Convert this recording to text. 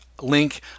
link